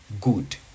good